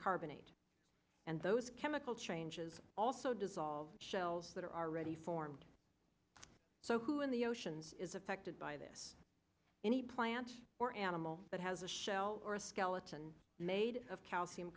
carbonate and those chemical changes also dissolve shells that are already formed so when the oceans is affected by this any plant or animal that has a shell or a skeleton made of calcium